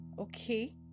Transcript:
okay